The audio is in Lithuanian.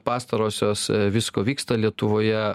pastarosios visko vyksta lietuvoje